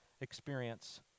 experience